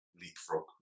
leapfrog